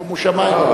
שומו שמים,